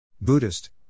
Buddhist